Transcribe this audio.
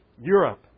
Europe